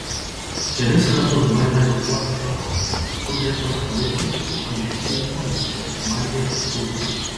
jis kelis kartus bandė važiuoti toliau sugriebtas policininkų agresyviai muistėsi bandė ištrūkti